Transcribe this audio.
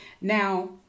Now